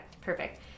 Perfect